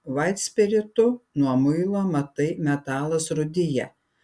vaitspiritu nuo muilo matai metalas rūdija